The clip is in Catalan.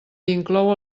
inclou